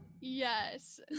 Yes